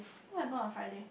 I think about Friday